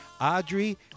Audrey